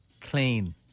clean